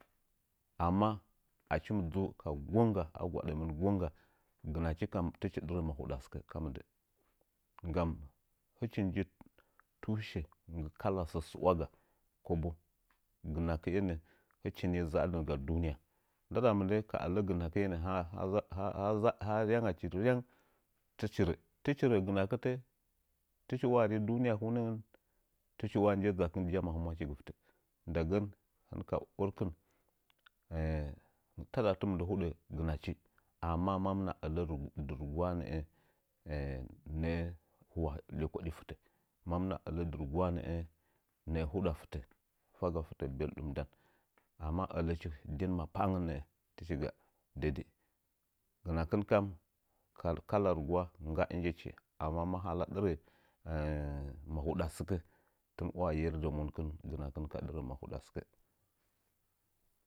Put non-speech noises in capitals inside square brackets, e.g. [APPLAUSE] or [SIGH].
Amma achi mɨ dzuu ka gongga a gwaɗəmɨn gongga, gɨrachi kam tɨchi ɗirə machuɗa sɨkə ka mində. Hichi nji tushe nggɨ kala səə suwaga kobo gɨnakɨ’e nəə. Ndɨɗa mɨndə ka ələ gɨnakɨ’e nəə ryangachirang, tɨchi rə gɨnakɨtə, tɨchi waa ri duniya tɨchi waa ri nzakɨn jam a humwachigɨ fɨtə. Ndagən, hɨnka orkɨn taɗa [HESITATION] timɨn huɗə gɨnachi, amma, mamɨna ələ dɨ rugwaa nə’ə mwaha lekoɗi fɨtə. Hɨmɨna ələ dɨ rugwa, nəə huɗa fɨtə, faga fɨtə beldum ndam. Amma ələchi dɨn mapa’angən nə’ə tɨchi gɨ dai dai. Gɨnakɨn kam daidai njichi amma ma hala dɨrə mahuɗa sɨkə, tɨn ‘waa yedə gɨnakɨn ka dɨrə.